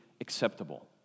acceptable